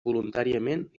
voluntàriament